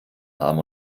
arm